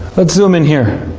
let's zoom in here.